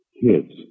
Kids